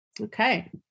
okay